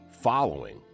following